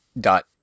Dot